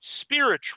spiritual